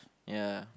ya